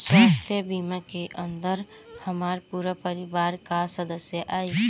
स्वास्थ्य बीमा के अंदर हमार पूरा परिवार का सदस्य आई?